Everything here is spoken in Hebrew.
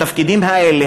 התפקידים האלה,